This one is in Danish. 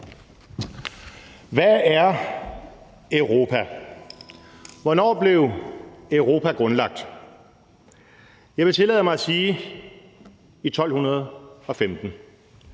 Hvad er Europa? Hvornår blev Europa grundlagt? Jeg vil tillade mig at sige: i 1215.